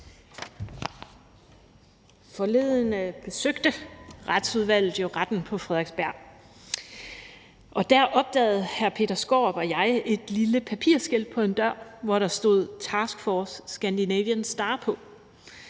Forleden besøgte Retsudvalget jo Retten på Frederiksberg, og der opdagede hr. Peter Skaarup og jeg et lille papirskilt på en dør, hvorpå der stod »Taskforce, »Scandinavian Star««.